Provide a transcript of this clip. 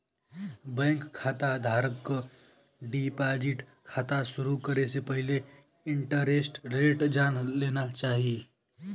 bank खाता धारक क डिपाजिट खाता शुरू करे से पहिले इंटरेस्ट रेट जान लेना चाही